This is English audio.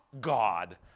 God